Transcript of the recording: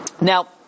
now